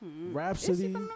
Rhapsody